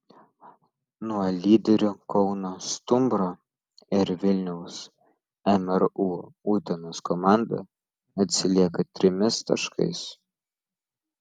nuo lyderių kauno stumbro ir vilniaus mru utenos komanda atsilieka trimis taškais